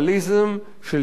של דיון חופשי,